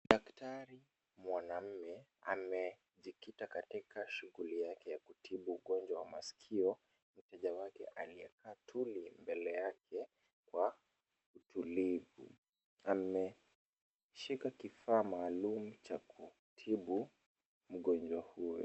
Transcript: Daktari mwanaume, amejikita katika shughuli yake ya kutibu ugonjwa wa masikio, mteja wake aliyekaa tuli mbele yake kwa utulivu. Ameshika kifaa maalum cha kutibu mgonjwa huyo.